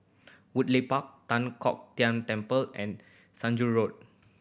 Woodleigh Park Tan Kong Tian Temple and Saujana Road